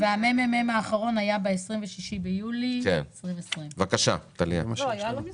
המ.מ.מ האחרון היה ב-26 ביולי 2020. היה גם לא מזמן.